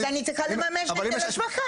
אז אני צריכה לממש היטל השבחה.